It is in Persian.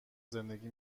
زندگی